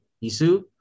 issue